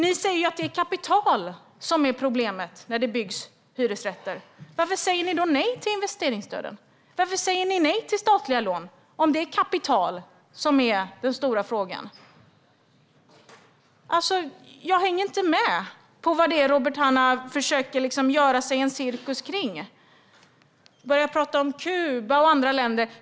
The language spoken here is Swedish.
Ni säger att det är kapital som är problemet när det byggs hyresrätter. Varför säger ni då nej till investeringsstöden? Varför säger ni nej till statliga lån om det nu är kapital som är den stora frågan? Jag hänger inte med i vad det är som Robert Hannah försöker att göra en cirkus kring. Han talar om Kuba och andra länder.